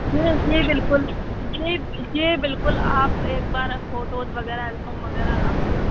जी जी बिल्कुल जी जी बिल्कुल आप एक बार फ़ोटोज़ वगैरह अल्बम वगैरह आप